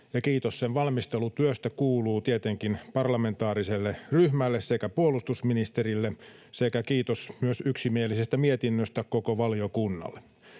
ja kiitos sen valmistelutyöstä kuuluu tietenkin parlamentaariselle ryhmälle sekä puolustusministerille. Kiitos myös yksimielisestä mietinnöstä koko valiokunnalle.